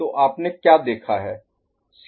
तो आपने क्या देखा है